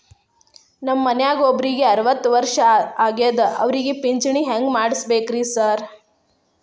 ನಮ್ ಮನ್ಯಾಗ ಒಬ್ರಿಗೆ ಅರವತ್ತ ವರ್ಷ ಆಗ್ಯಾದ ಅವ್ರಿಗೆ ಪಿಂಚಿಣಿ ಹೆಂಗ್ ಮಾಡ್ಸಬೇಕ್ರಿ ಸಾರ್?